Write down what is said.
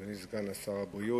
תודה רבה, אדוני סגן שר הבריאות,